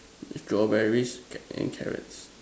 strawberries get and carrots